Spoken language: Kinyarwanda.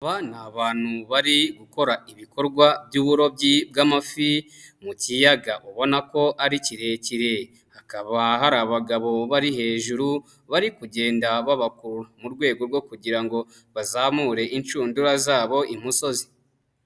Abantu bari gukora ibikorwa by'uburobyi bw'amafi mu kiyaga, ubona ko ari kirekire, hakaba hari abagabo bari hejuru, bari kugenda baba kurura rwego rwo kugira ngo bazamure inshundura zabo imusozi.